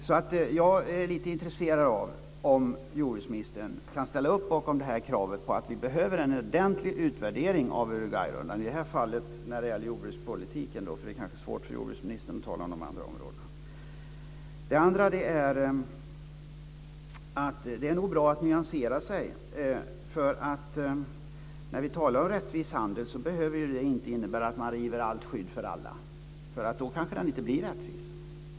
Jag är alltså lite intresserad att höra om jordbruksministern kan ställa sig bakom kravet på en ordentlig utvärdering av Uruguay-rundan, i det här fallet när det gäller jordbrukspolitiken, för det kanske är svårt för jordbruksministern att uttala sig om de andra områdena. Det är nog bra att nyansera sig. Rättvis handel behöver ju inte innebära att man river allt skydd för alla, för då kanske den inte blir rättvis.